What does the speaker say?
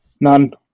None